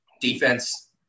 defense